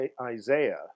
Isaiah